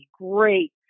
great